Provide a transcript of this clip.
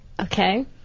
Okay